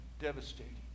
devastating